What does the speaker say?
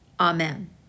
Amen